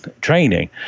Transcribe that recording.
training